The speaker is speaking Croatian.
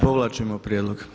Povlačimo prijedlog.